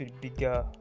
bigger